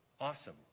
awesome